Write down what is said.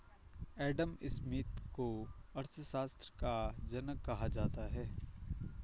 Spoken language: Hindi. एडम स्मिथ को अर्थशास्त्र का जनक कहा जाता है